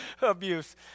abuse